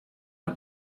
har